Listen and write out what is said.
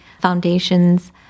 foundations